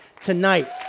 tonight